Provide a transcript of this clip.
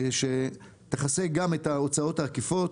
שתכסה גם את ההוצאות העקיפות,